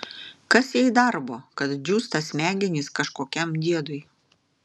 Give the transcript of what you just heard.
kas jai darbo kad džiūsta smegenys kažkokiam diedui